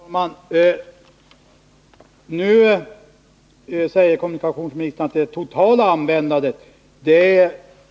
Herr talman! Nu säger kommunikationsministern att det är det totala användandet det här gäller.